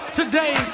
today